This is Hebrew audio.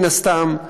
מן הסתם,